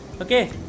okay